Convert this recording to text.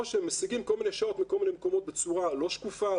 שמשיגים כל מיני שעות מכול מיני מקומות בצורה לא שקופה,